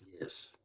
Yes